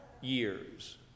years